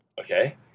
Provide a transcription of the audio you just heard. Okay